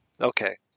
Okay